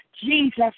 Jesus